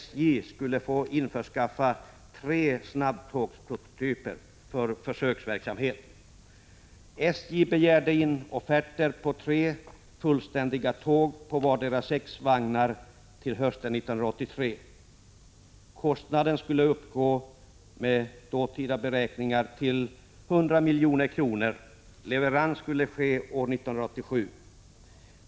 SJ begärde in offerter på tre fullständiga tåg på vardera sex vagnar till hösten 1983. Kostnaden skulle i dåvarande penningvärde uppgå till 100 milj.kr. Leverans skulle ske år 1987.